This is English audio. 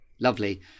lovely